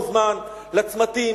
מוזמן לצמתים,